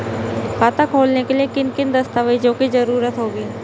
खाता खोलने के लिए किन किन दस्तावेजों की जरूरत होगी?